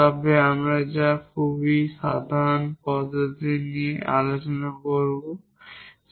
তবে আমরা যা খুব সাধারণ পদ্ধতি নিয়ে আলোচনা করেছি